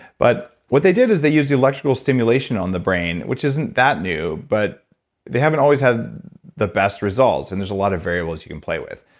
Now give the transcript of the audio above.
but what they did is they used electrical stimulation on the brain which isn't that new but they haven't always had the best results. and there's a lot of variables you can play with.